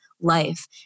life